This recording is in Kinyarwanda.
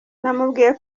namubwiye